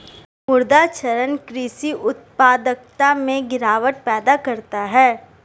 मृदा क्षरण कृषि उत्पादकता में गिरावट पैदा करता है